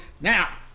Now